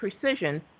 precision